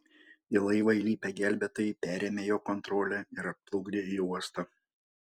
į laivą įlipę gelbėtojai perėmė jo kontrolę ir atplukdė į uostą